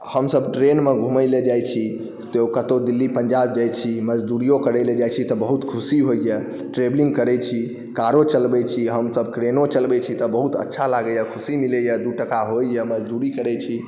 हमसभ ट्रेनमे घूमय लेल जाइत छी तऽ कतहु दिल्ली पंजाब जाइत छी मजदूरीओ करय लेल जाइत छी तऽ बहुत खुशी होइए ट्रेवलिंग करैत छी कारो चलबैत छी हमसभ ट्रेनो चलबैत छी तऽ बहुत अच्छा लागैए खुशी मिलैए दू टाका होइए मजदूरी करैत छी